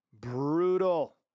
brutal